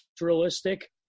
realistic